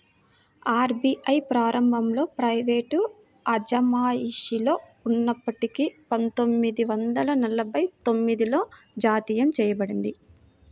RBI ప్రారంభంలో private అజమాయిషిలో ఉన్నప్పటికీ పందొమ్మిది వందల నలభై తొమ్మిదిలో జాతీయం చేయబడింది